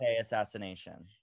assassination